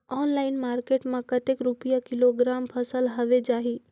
Online market मां कतेक रुपिया किलोग्राम फसल हवे जाही?